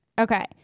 Okay